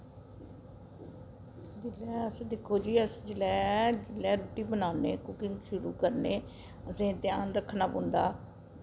जिसलै अस दिक्खो जी अस जिसलै जिसलै रुट्टी बनान्ने कुकिंग शुरू करने असें ध्यान रक्खना पौंदा